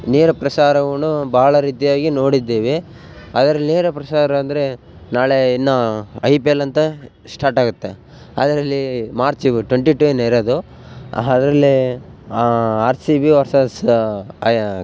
ನೇರ ಪ್ರಸಾರವನ್ನು ಭಾಳ ರೀತಿಯಾಗಿ ನೋಡಿದ್ದೇವೆ ಅದ್ರಲ್ಲಿ ನೇರ ಪ್ರಸಾರ ಅಂದರೆ ನಾಳೆ ಇನ್ನು ಐಪಿಯಲ್ ಅಂತ ಸ್ಟಾರ್ಟ್ ಆಗುತ್ತೆ ಅದರಲ್ಲಿ ಮಾರ್ಚಿಗು ಟ್ವೆಂಟಿಟುನೆ ಇರೋದು ಅಹ ಅದರಲ್ಲಿ ಆರ್ಸಿಬಿ ವರ್ಸಸ್ ಐಯ